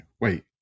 wait